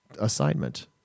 assignment